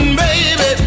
baby